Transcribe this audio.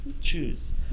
choose